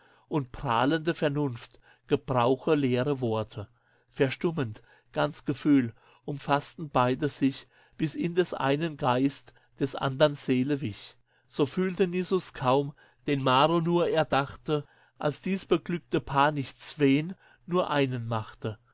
und prahlende vernunft gebrauche leere worte verstummend ganz gefühl umfassten beide sich bis in des einen geist des andern seele wich so fühlte nisus kaum den naro nur erdachte als dies beglückte paar nicht zween nur einen machte